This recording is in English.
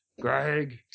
Greg